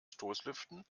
stoßlüften